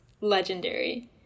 legendary